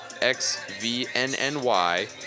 X-V-N-N-Y